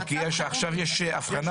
עכשיו יש הבחנה.